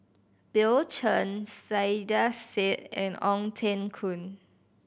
Bill Chen Saiedah Said and Ong Teng Koon